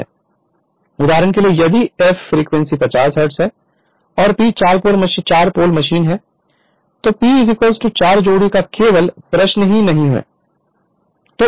उदाहरण के लिए यदि f फ्रीक्वेंसी 50 हर्ट्ज है और P 4 पोल मशीन है तो P 4 जोड़ी का केवल प्रश्न ही नहीं है